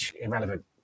irrelevant